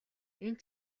энэ